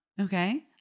Okay